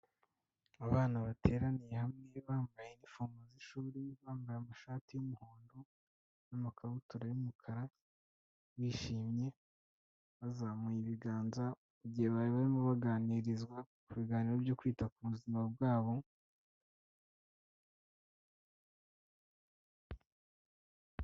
Abana bateraniye hamwe bambaye inifumo z'ishuri, bambaye amashati y'umuhondo n'amakabutura y'umukara bishimye bazamuye ibiganza mugihe bari barimo baganirizwa ku biganiro byo kwita ku buzima bwabo.